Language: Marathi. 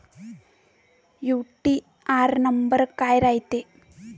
यू.टी.आर नंबर काय रायते?